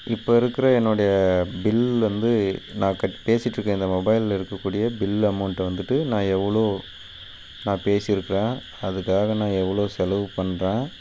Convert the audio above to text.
இப்போ இருக்கிற என்னுடைய பில் வந்து நான் கட் பேசிட்டுருக்கேன் இந்த மொபைலில் இருக்கக்கூடியப் பில் அமௌண்ட்டை வந்துவிட்டு நான் எவ்வளோ நான் பேசிருக்கிறேன் அதுக்காக நான் எவ்வளோ செலவு பண்ணுறேன்